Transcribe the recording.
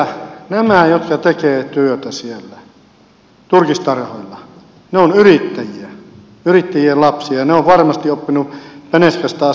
nämä jotka tekevät työtä siellä turkistarhoilla ovat yrittäjiä ja yrittäjien lapsia ja ne ovat varmasti oppineet penskasta asti tekemään töitä